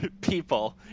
people